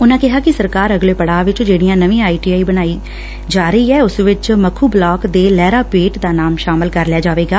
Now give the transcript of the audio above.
ਉਨੂਾਂ ਕਿਹਾ ਕਿ ਸਰਕਾਰ ਅਗਲੇ ਪੜ੍ਹਾਅ ਵਿੱਚ ਜਿਹੜੀਆਂ ਨਵੀ ਆਈਟੀਆਈ ਬਣਾਈ ਜਾ ਰਹੀ ਐ ਉਸ ਵਿੱਚ ਮਖੂ ਬਲਾਕ ਦੇ ਲਹਿਰਾ ਬੇਟ ਦਾ ਨਾਮ ਸ਼ਾਮਿਲ ਕਰ ਲਿਆ ਜਾਵੇਗਾ